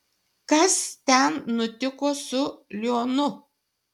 kas ten nutiko su lionu